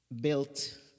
built